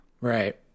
right